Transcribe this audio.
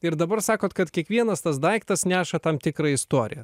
ir dabar sakot kad kiekvienas tas daiktas neša tam tikrą istoriją